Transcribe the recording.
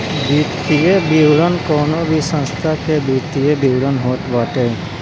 वित्तीय विवरण कवनो भी संस्था के वित्तीय विवरण होत बाटे